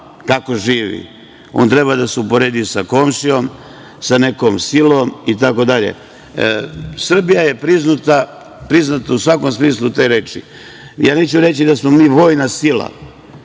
kako živi, on treba da se uporedi sa komšijom, sa nekom silom itd. Srbija je priznata u svakom smislu te reči. Neću reći da smo mi vojna sila,